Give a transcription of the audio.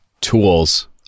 Tools